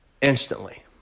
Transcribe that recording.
Instantly